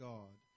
God